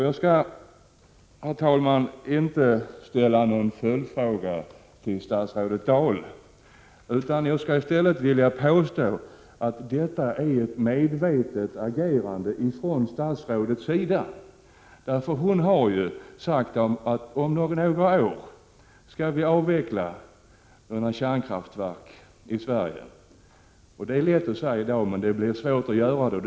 Jag skall inte, herr talman, ställa någon följdfråga till statsrådet Dahl, utan jag skallistället påstå att detta är ett medvetet agerande från statsrådets sida. Hon har ju sagt att kärnkraften skall avvecklas i Sverige om några år. Det är lätt att säga i dag, men det blir svårt att göra det.